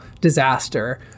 disaster